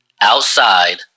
outside